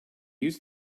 use